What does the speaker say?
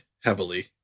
heavily